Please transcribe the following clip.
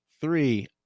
Three